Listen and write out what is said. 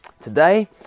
Today